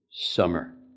Summer